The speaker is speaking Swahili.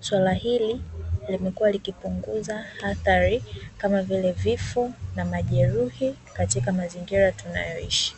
Swala hili limekuwa likipunguza athari kama vile vifo na majeruhi katika mazingira tunayoishi.